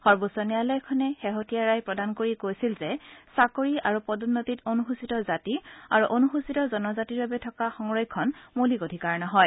সৰ্বোচ্চ ন্যায়ালয়খনে শেহতীয়া ৰায় প্ৰদান কৰি কৈছিল যে চাকৰি আৰু পদোন্নতিত অনুসূচিত জাতি আৰু অনুসূচিত জনজাতিৰ বাবে থকা সংৰক্ষণ মৌলিক অধিকাৰ নহয়